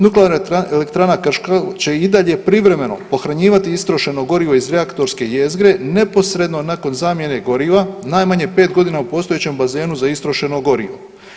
Nuklearna elektrana Krško će i dalje privremeno pohranjivati istrošeno gorivo iz reaktorske jezgre neposredno nakon zamjene goriva najmanje 5 godina u postojećem bazenu za istrošeno gorivo.